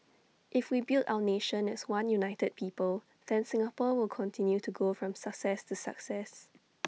if we build our nation as one united people then Singapore will continue to go from success to success